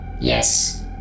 Yes